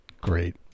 Great